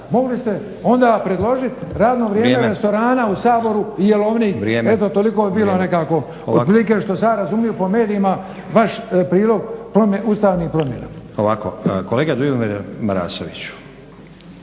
mogli ste onda predložiti radno vrijeme restorana u Saboru i jelovnik. Eto toliko bi bilo nekako otprilike što sam ja razumio po medijima vaš prilog ustavnim promjenama. **Stazić, Nenad (SDP)** Ovako, kolega Dujomir Marasoviću